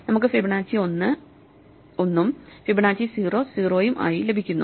നമുക്ക് ഫിബൊനാച്ചി 1 1 ഉം ഫിബൊനാച്ചി 0 0 ഉം ആയി തിരികെ ലഭിക്കുന്നു